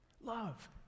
love